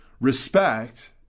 respect